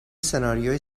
سناریوی